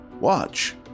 Watch